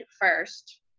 first